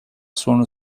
sonra